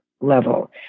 level